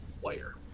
wire